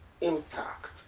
impact